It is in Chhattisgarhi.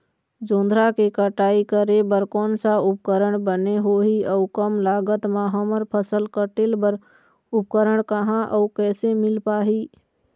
जोंधरा के कटाई करें बर कोन सा उपकरण बने होही अऊ कम लागत मा हमर फसल कटेल बार उपकरण कहा अउ कैसे मील पाही?